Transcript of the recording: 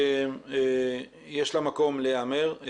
יש לה מקום להיאמר.